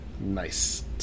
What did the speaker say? Nice